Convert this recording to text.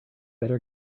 better